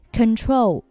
control